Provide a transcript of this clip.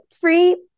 free